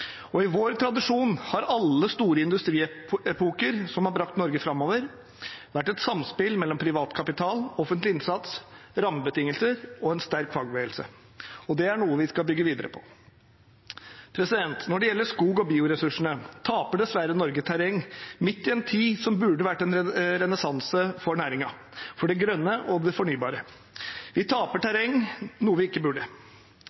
I vår tradisjon har alle store industriepoker som har brakt Norge framover, vært et samspill mellom privat kapital, offentlig innsats, rammebetingelser og en sterk fagbevegelse. Det er noe vi skal bygge videre på. Når det gjelder skog og bioressursene, taper dessverre Norge terreng, midt i en tid som burde vært en renessanse for næringen, for det grønne og det fornybare. Vi taper terreng, noe vi ikke burde.